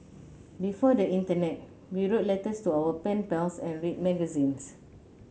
before the internet we wrote letters to our pen pals and read magazines